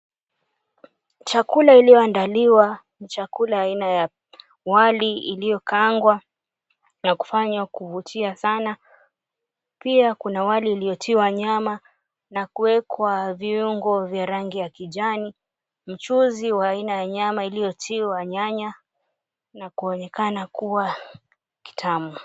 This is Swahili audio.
Chakula iliyoandaliwa ni chakula aina ya wali iliyokaangwa na kufanywa kuvutia sana, pia kuna wali uliotiwa nyama na kuwekwa viungo vya rangi ya kijani, mchuzi wa aina ya nyama iliotiwa nyanya na kuonekana kuwa kitamu.